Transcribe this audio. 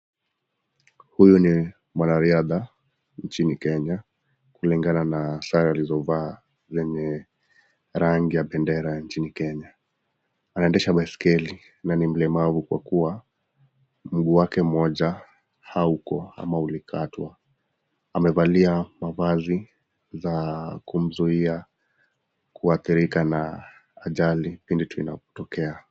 Huyu ni mwanariadha nchini kenya kulingana sare alizovaa na zenye rangi ya bendera nchini kenya, anaendesha baiskeli na ni mlemavu kwakua mguu wake moja hauko ama ulikatwa amevalia mavazi za kumzuia kuhadhirika na ajali pindi tu inapo tokea